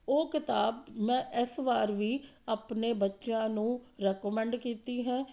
ਉਹ ਕਿਤਾਬ ਮੈਂ ਇਸ ਵਾਰ ਵੀ ਆਪਣੇ ਬੱਚਿਆਂ ਨੂੰ ਰੈਕਮੈਂਡ ਕੀਤੀ ਹੈ